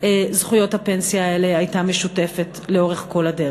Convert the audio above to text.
זכויות הפנסיה האלה הייתה משותפת לאורך כל הדרך.